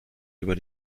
über